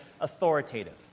authoritative